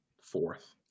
fourth